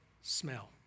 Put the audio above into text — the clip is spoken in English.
smell